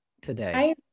today